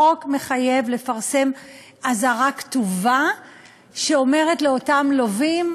החוק מחייב לפרסם אזהרה כתובה שאומרת לאותם לווים,